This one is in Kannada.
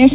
ಎಫ್